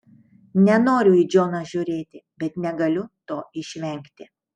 nenoriu į džoną žiūrėti bet negaliu to išvengti